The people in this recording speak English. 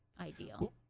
ideal